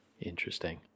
interesting